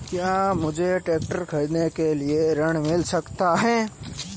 क्या मुझे ट्रैक्टर खरीदने के लिए ऋण मिल सकता है?